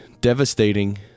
devastating